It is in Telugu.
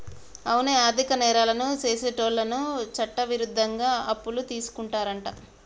అవునే ఆర్థిక నేరాలను సెసేటోళ్ళను చట్టవిరుద్ధంగా అప్పులు తీసుకుంటారంట